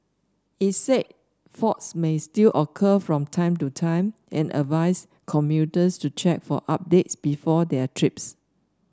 it said faults may still occur from time to time and advised commuters to check for updates before their trips